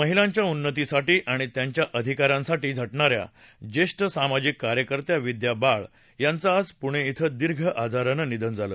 महिलांच्या उन्नतीसाठी आणि त्यांच्या अधिकारांसाठी झटणा या ज्येष्ठ सामाजिक कार्यकर्त्या विद्या बाळ यांचं आज पुणे इथं दीर्घ आजारानं निधन झालं